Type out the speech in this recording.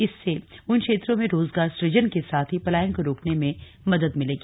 इससे उन क्षेत्रों में रोजगार सुजन के साथ ही पलायन को रोकने में मदद मिलेगी